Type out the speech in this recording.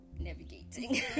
Navigating